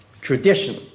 tradition